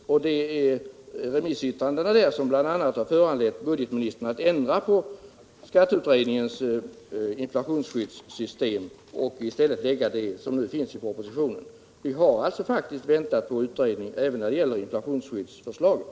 Bl. a. remissyttrandena har föranlett budgetministern att ändra på skatteutredningens inflationsskyddssystem och i stället framlägga det förslag som finns i propositionen. Vi har faktiskt väntat på utredningen även när det gäller förslaget till inflationsskydd.